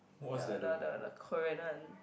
ya the the the Korean one